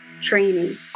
training